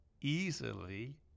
easily